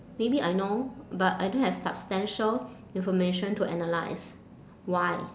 maybe I know but I don't have substantial information to analyse why